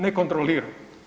Ne kontrolira.